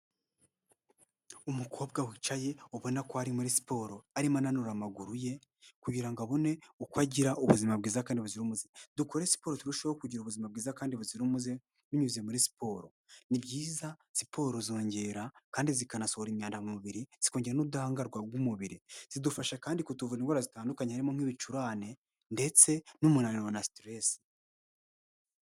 Umukobwa wicaye ubona ko ari muri siporo, arimo ananura amaguru ye kugira ngo abone uko agira ubuzima bwiza kandi buzira umuze. Dukore siporo turushaho kugira ubuzima bwiza kandi buzira umuze binyuze muri siporo. Ni byiza siporo zongera kandi zikanasohora imyandamubiri, zikongera n'ubudahangarwa bw'umubiri, zidufasha kandi kutuvura indwara zitandukanye harimo nk'ibicurane ndetse n'umunaniro na sitiresi.